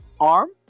arm